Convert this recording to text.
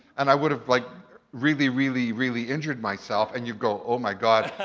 and i would've like really, really, really injured myself and you go, oh my god,